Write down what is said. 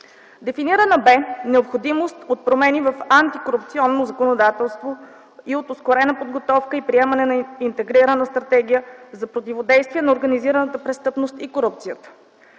Дефинирана бе необходимост от промени в антикорупционно законодателство и от ускорена подготовка и приемане на интегрирана стратегия за противодействие на организираната престъпност и корупцията.